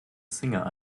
singer